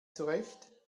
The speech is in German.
zurecht